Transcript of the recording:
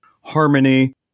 harmony